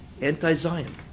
anti-Zion